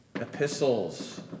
epistles